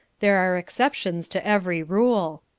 there are exceptions to every rule.